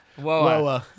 Whoa